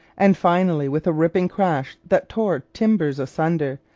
and finally, with a ripping crash that tore timbers asunder,